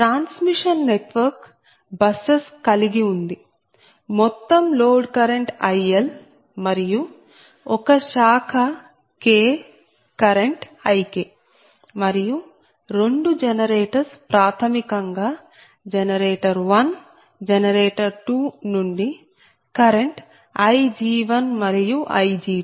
transmission network buses కలిగి ఉంది మొత్తం లోడ్ కరెంట్ ILమరియు ఒక శాఖ K కరెంట్ IK మరియు రెండు జనరేటర్స్ ప్రాథమికంగా జనరేటర్ 1 జనరేటర్ 2 నుండి కరెంట్ Ig1 మరియు Ig2